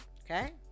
okay